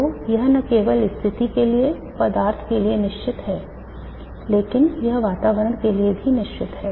तो यह न केवल स्थिति के लिए पदार्थ के लिए निश्चित है लेकिन यह वातावरण के लिए भी निश्चित है